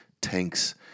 tanks